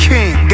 King